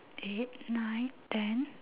eight nine ten